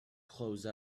close